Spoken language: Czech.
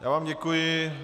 Já vám děkuji.